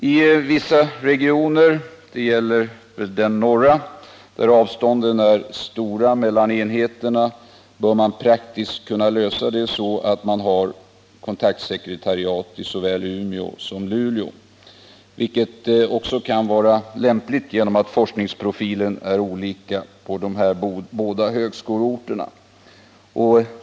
I vissa regioner, exempelvis den norra, där avstånden är stora mellan enheterna, bör man praktiskt kunna lösa det så, att man har kontaktsekretariat i såväl Umeå som Luleå. Det kan också vara lämpligt, då forskningsprofilen är olika på dessa båda högskoleorter.